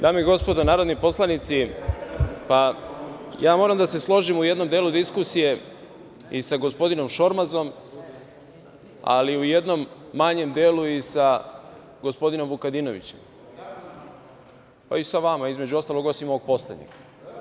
Dame i gospodo narodni poslanici, ja moram da se složim u jednom delu diskusije i sa gospodinom Šormazom, ali i u jednom manjem delu i sa gospodinom Vukadinovićem… (Narodni poslanik dobacuje.) Pa i sa vama između ostalog, osim ovog poslednjeg.